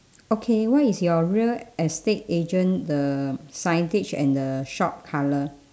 okay what is your real estate agent the signage and the shop colour